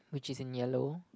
which is in yellow